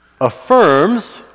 affirms